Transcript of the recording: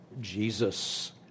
Jesus